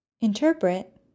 Interpret